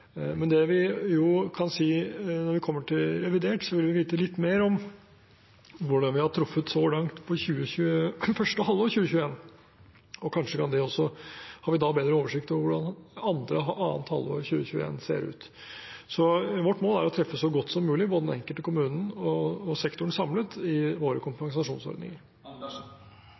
Når vi kommer til revidert, vil vi vite litt mer om hvordan vi har truffet så langt for første halvår 2021. Kanskje har vi da bedre oversikt over hvordan annet halvår 2021 ser ut. Vårt mål er å treffe så godt som mulig både for den enkelte kommunen og for sektoren samlet i våre kompensasjonsordninger.